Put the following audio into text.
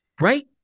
right